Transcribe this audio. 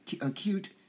acute